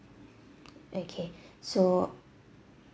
okay so